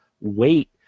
weight